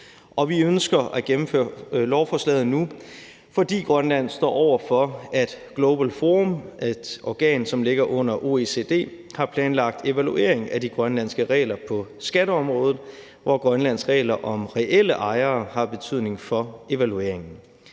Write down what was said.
Vi ønsker at gennemføre lovforslaget nu, fordi Grønland står over for, at Global Forum, et organ, som ligger under OECD, har planlagt evaluering af de grønlandske regler på skatteområdet, hvor Grønlands regler om reelle ejere har betydning for evalueringen.